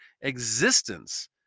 existence